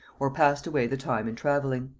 or passed away the time in travelling.